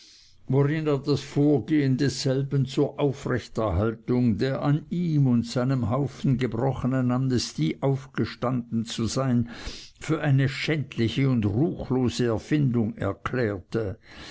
er das vorgeben desselben zur aufrechterhaltung der an ihm und seinen haufen gebrochenen amnestie aufgestanden zu sein für eine schändliche und ruchlose erfindung erklärte